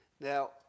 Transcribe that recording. Now